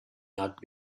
not